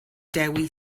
dewi